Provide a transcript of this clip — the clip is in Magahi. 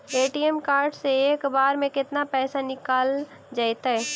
ए.टी.एम कार्ड से एक बार में केतना पैसा निकल जइतै?